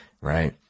right